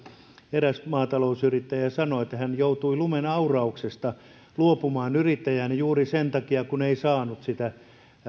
eräs maatalousyrittäjä sanoi että hän joutui lumenaurauksesta luopumaan yrittäjänä juuri sen takia kun ei saanut sitä